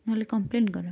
ନହେଲେ କମ୍ପ୍ଲେନ୍ କର